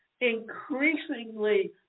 increasingly